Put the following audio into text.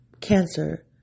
Cancer